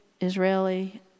Israeli